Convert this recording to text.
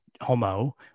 homo